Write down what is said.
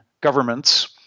governments